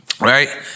Right